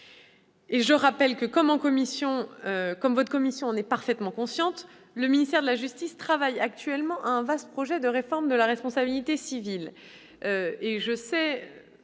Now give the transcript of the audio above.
je rappelle que, comme votre commission en est parfaitement consciente, le ministère de la justice travaille actuellement à un vaste projet de réforme de la responsabilité civile.